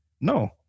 No